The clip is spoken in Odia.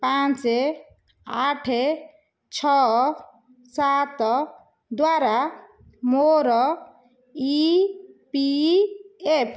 ପାଞ୍ଚ ଆଠ ଛଅ ସାତ ଦ୍ଵାରା ମୋର ଇ ପି ଏଫ୍